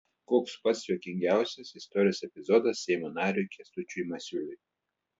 koks pats juokingiausias istorijos epizodas seimo nariui kęstučiui masiuliui